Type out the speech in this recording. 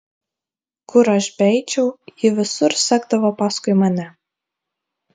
kur aš beeičiau ji visur sekdavo paskui mane